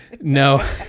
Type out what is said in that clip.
No